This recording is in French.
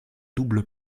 double